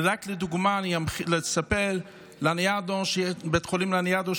רק לדוגמה אספר שבבית חולים לניאדו,